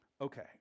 Okay